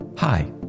Hi